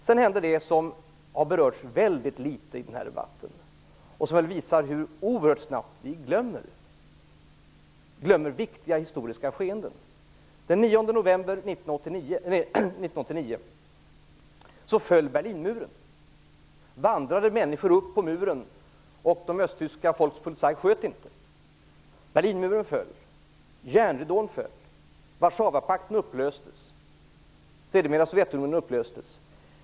Sedan hände det som har berörts väldigt litet i den här debatten och som visar hur oerhört snabbt vi glömmer viktiga historiska skeenden. Den 9 november 1989 föll Berlinmuren. Då vandrade människor upp på muren. Östtyska "Volkspolizei" sköt inte. Berlinmuren föll alltså. Järnridån föll. Warszawapakten upplöstes, och sedermera upplöstes Sovjetunionen.